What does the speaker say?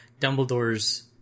Dumbledore's